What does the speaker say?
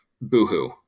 boohoo